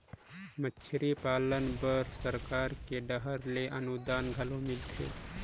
मछरी पालन बर सरकार के डहर ले अनुदान घलो मिलथे